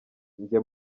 njye